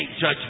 judge